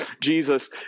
Jesus